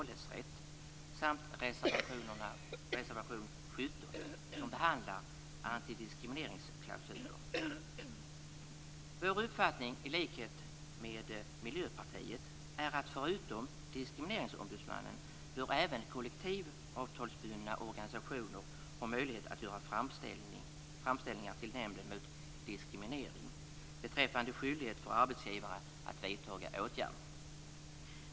Det gäller reservation 12 Vår uppfattning, i likhet med Miljöpartiets, är att förutom diskrimineringsombudsmannen bör även kollektivavtalsbundna organisationer ha möjlighet att göra framställningar till Nämnden mot diskriminering beträffande skyldighet för arbetsgivare att vidta åtgärder.